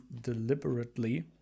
deliberately